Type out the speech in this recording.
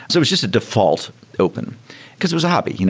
so was just a default open because it was a hobby. you know